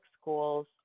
schools